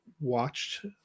watched